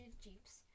jeeps